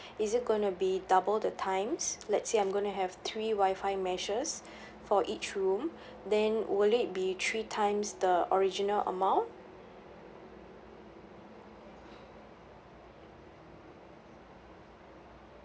is it gonna be double the times let's say I'm gonna have three wi-fi meshes for each room then would it be three times the original amount